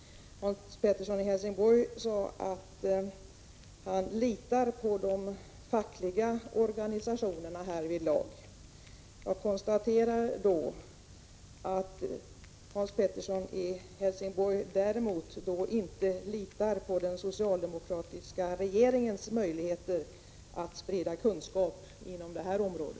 Hans Pettersson sade att han litar på de fackliga organisationerna härvidlag. Jag konstaterar då att Hans Pettersson däremot inte litar på den socialdemokratiska regeringens möjligheter att sprida kunskap på detta område.